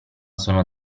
sono